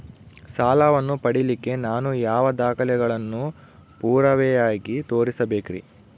ಸಾಲವನ್ನು ಪಡಿಲಿಕ್ಕೆ ನಾನು ಯಾವ ದಾಖಲೆಗಳನ್ನು ಪುರಾವೆಯಾಗಿ ತೋರಿಸಬೇಕ್ರಿ?